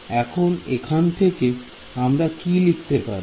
এখন এখান থেকে আমরা কি লিখতে পারি